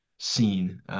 Seen